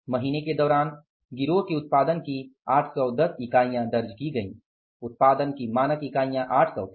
महीने के दौरान गिरोह की उत्पादन की 810 इकाइयाँ दर्ज की गईं उत्पाद की 800 इकाइयाँ मानक थी